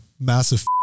massive